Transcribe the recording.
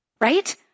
right